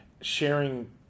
sharing